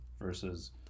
versus